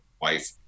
wife